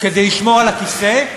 כדי לשמור על הכיסא?